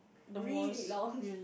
really long